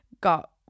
got